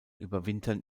überwintern